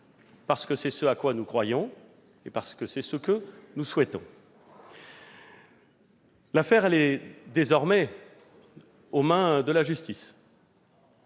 parce que c'est naturel de le dire et parce que c'est ce que nous souhaitons. L'affaire est désormais aux mains de la justice.